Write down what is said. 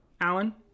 Alan